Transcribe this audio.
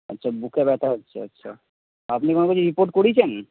আচ্ছা বুকে ব্যথা হচ্ছে আচ্ছা আপনি কোনোদিন রিপোর্ট করিয়েছেন